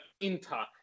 Inter